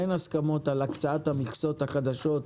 אין הסכמות על הקצאת המכסות החדשות,